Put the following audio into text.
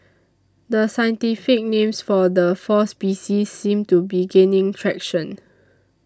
the scientific names for the four species seem to be gaining traction